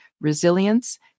resilience